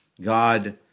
god